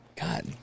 God